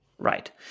Right